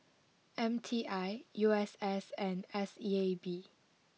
M T I U S S and S E A B